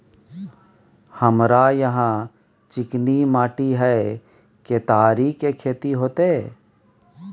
हमरा यहाँ चिकनी माटी हय केतारी के खेती होते?